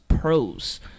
pros